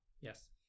Yes